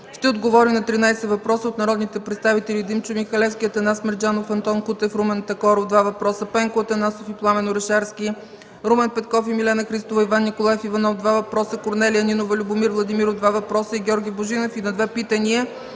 ще отговори на 13 въпроса от народните представители Димчо Михалевски, Атанас Мерджанов, Антон Кутев, Румен Такоров – два въпроса, Пенко Атанасов и Пламен Орешарски, Румен Петков и Милена Христова, Иван Николаев Иванов – два въпроса, Корнелия Нинова, Любомир Владимиров – два въпроса, и Георги Божинов и на две питания